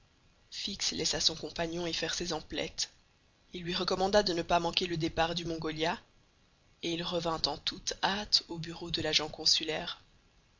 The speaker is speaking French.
fix laissa son compagnon y faire ses emplettes il lui recommanda de ne pas manquer le départ du mongolia et il revint en toute hâte aux bureaux de l'agent consulaire